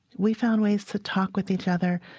we found ways to talk with each other